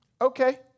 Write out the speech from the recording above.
Okay